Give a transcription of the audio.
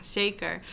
zeker